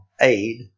aid